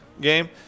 game